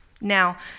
Now